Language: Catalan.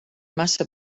massa